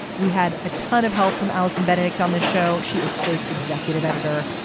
we had a ton of help from allison benedict on the show. she is slate's executive editor.